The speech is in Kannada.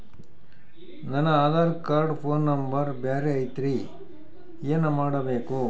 ನನ ಆಧಾರ ಕಾರ್ಡ್ ಫೋನ ನಂಬರ್ ಬ್ಯಾರೆ ಐತ್ರಿ ಏನ ಮಾಡಬೇಕು?